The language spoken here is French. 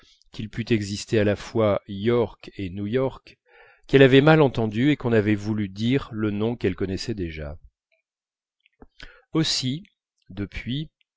qu'il pût exister à la fois york et new york qu'elle avait mal entendu et qu'on aurait voulu dire le nom qu'elle connaissait déjà aussi depuis